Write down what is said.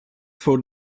for